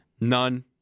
none